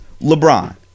LeBron